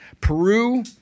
peru